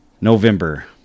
November